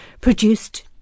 produced